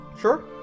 Sure